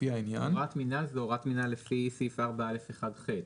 לפי העניין." הוראת מינהל זו הוראת מינהל לפי סעיף 4א1 (ח)